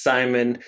Simon